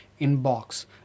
inbox